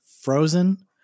frozen